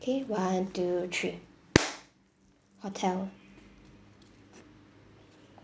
K one two three hotel